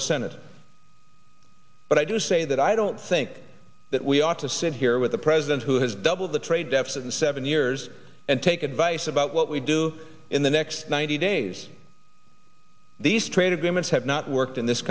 the senate but i do say that i don't think that we ought to sit here with the president who has doubled the trade deficit in seven years and take advice about what we do in the next ninety days these trade agreements have not worked in this